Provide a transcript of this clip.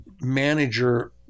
manager